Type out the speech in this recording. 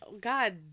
God